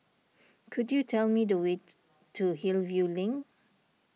could you tell me the way to Hillview Link